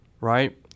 right